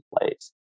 place